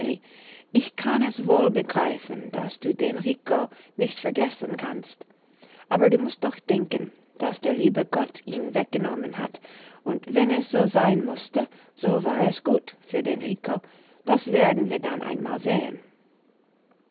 ich kann es wohl begreifen daß du den rico nicht vergessen kannst aber du mußt doch denken daß der liebe gott ihn weggenommen hat und wenn es so sein mußte so war es gut für den rico das werden wir dann einmal sehen